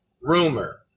rumor